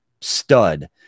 stud